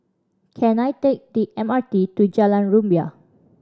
can I take the M R T to Jalan Rumbia